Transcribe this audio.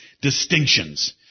distinctions